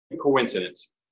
Coincidence